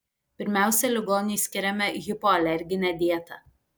pirmiausia ligoniui skiriame hipoalerginę dietą